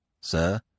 Sir